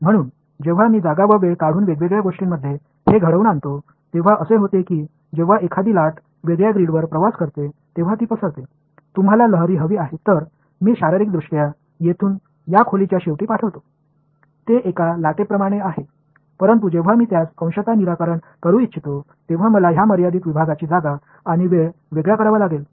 म्हणून जेव्हा मी जागा व वेळ काढून वेगवेगळ्या गोष्टींमध्ये हे घडवून आणतो तेव्हा असे होते की जेव्हा एखादी लाट वेगळ्या ग्रीडवर प्रवास करते तेव्हा ती पसरते तुम्हाला लहरी हवी आहे तर मी शारीरिकदृष्ट्या येथून या खोलीच्या शेवटी पाठवितो ते एका लाटाप्रमाणे आहे परंतु जेव्हा मी त्यास अंशतः निराकरण करू इच्छितो तेव्हा मला या मर्यादित विभागांची जागा आणि वेळ वेगळा करावा लागेल